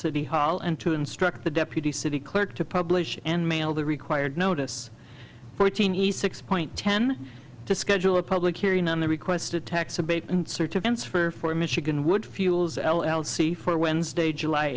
city hall and to instruct the deputy city clerk to publish and mail the required notice fourteen east six point ten to schedule a public hearing on the requested tax abatement certificates for four michigan would fuels l l c for wednesday july